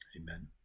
amen